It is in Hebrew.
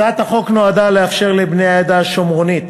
הצעת החוק נועדה לאפשר לבני העדה השומרונית